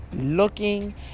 looking